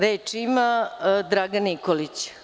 Reč ima Dragan Nikolić.